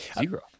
Zero